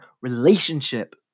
relationship